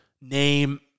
name